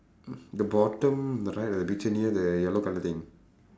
the bottom the right of the picture near the yellow colour thing